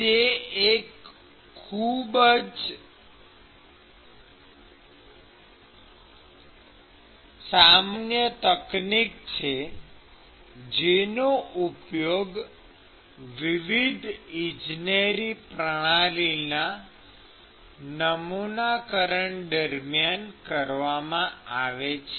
તે એક ખૂબ જ સામાન્ય તકનીક છે જેનો ઉપયોગ વિવિધ ઇજનેરી પ્રણાલીના નમૂનાકરણ દરમિયાન કરવામાં આવે છે